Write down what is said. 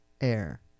air